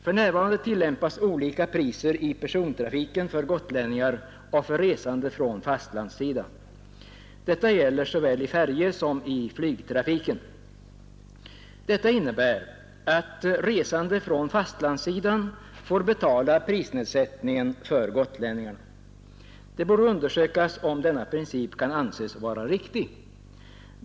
För närvarande tillämpas olika priser i persontrafiken för gotlänningar och för resande från fastlandssidan. Detta gäller såväl i färjesom i flygtrafiken. Detta innebär att resande från fastlandssidan får betala prisnedsättningen för gotlänningarna. Det borde undersökas om denna princip kan anses vara riktig.